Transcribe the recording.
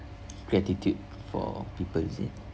gratitude for people is it